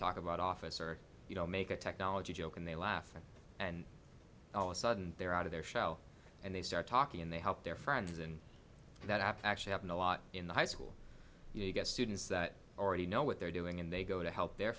talk about office or you know make a technology joke and they laugh and all of sudden they're out of their shell and they start talking and they help their friends and that actually happened a lot in the high school you get students that already know what they're doing and they go to help their